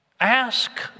Ask